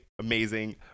amazing